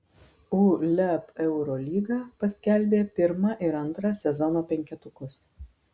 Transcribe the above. uleb eurolyga paskelbė pirmą ir antrą sezono penketukus